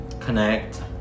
connect